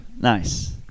Nice